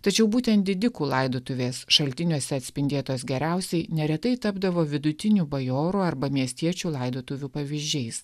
tačiau būtent didikų laidotuvės šaltiniuose atspindėtos geriausiai neretai tapdavo vidutinių bajorų arba miestiečių laidotuvių pavyzdžiais